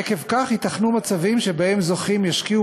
עקב כך ייתכנו מצבים שבהם זוכים ישקיעו